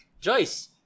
Joyce